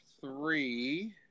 three